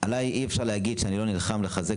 עליי אי אפשר להגיד שאני לא נלחם לחזק